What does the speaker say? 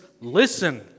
listen